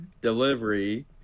delivery